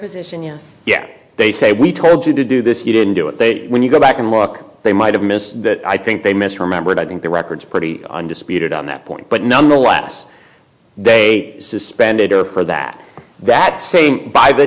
position yes yet they say we told you to do this you didn't do it when you go back and walk they might have missed that i think they mis remembered i think their records are pretty undisputed on that point but nonetheless they suspended her for that that saying by the